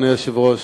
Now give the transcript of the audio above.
אדוני היושב-ראש,